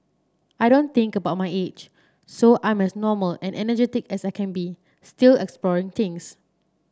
I don't think about my age so I'm as normal and energetic as I can be still exploring things